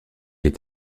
est